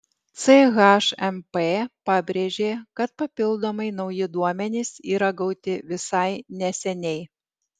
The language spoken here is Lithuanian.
chmp pabrėžė kad papildomai nauji duomenys yra gauti visai neseniai